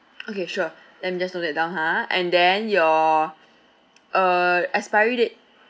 okay sure let me just note that down ha and then your uh expiry date